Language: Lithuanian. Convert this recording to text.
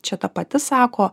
čia ta pati sako